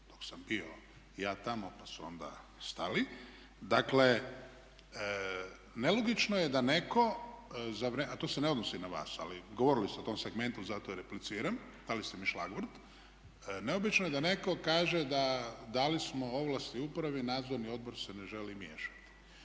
dok sam bio i ja tamo, pa su onda stali. Dakle nelogično je da netko za vrijeme, a to se ne odnosi na vas, ali govorili ste o tom segmentu zato i repliciram, dali ste mi … neobično je da netko kaže da dali smo ovlasti upravi, nadzorni odbor se ne želi miješati.